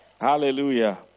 Hallelujah